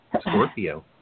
Scorpio